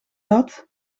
dat